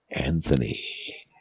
Anthony